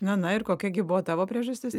na na ir kokia gi buvo tavo priežastis